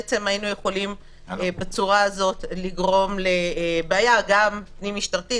בעצם היינו יכולים בצורה הזאת לגרום לבעיה גם פנים משטרתית,